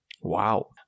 Wow